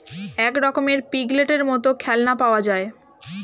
এক রকমের পিগলেটের মত খেলনা পাওয়া যায়